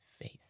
faith